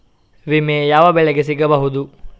ವಿಮೆ ಯಾವ ಬೆಳೆಗೆ ಸಿಗಬಹುದು?